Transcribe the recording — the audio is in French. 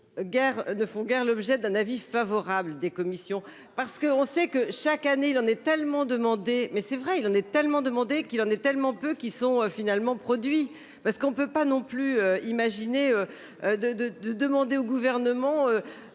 ne font guère l'objet d'un avis favorable des commissions parce qu'on sait que chaque année il en est tellement demandé mais c'est vrai il en est tellement demandée qu'il en est tellement peu qui sont finalement produit parce qu'on ne peut pas non plus imaginer. De de de demander au gouvernement